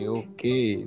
okay